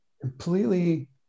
completely